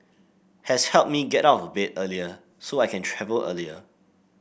has helped me get out of bed earlier so I can travel earlier